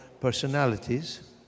personalities